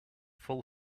fall